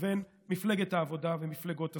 לבין מפלגת העבודה ומפלגות השמאל.